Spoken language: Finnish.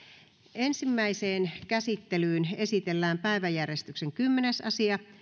ensimmäiseen käsittelyyn esitellään päiväjärjestyksen kymmenes asia